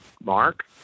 mark